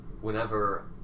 whenever